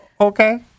Okay